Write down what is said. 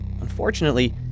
Unfortunately